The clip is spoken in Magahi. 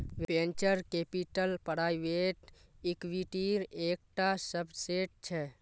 वेंचर कैपिटल प्राइवेट इक्विटीर एक टा सबसेट छे